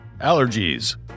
Allergies